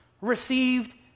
received